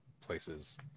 places